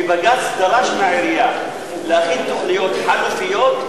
ובג"ץ דרש מהעירייה להכין תוכניות חלופיות,